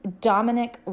Dominic